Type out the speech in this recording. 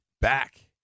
back